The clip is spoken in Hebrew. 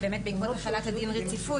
ובעקבות החלת הדין רציפות,